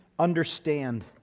understand